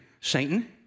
Satan